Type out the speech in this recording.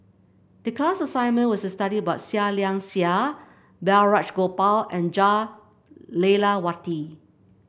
the class assignment was to study about Seah Liang Seah Balraj Gopal and Jah Lelawati